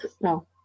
no